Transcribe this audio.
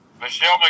michelle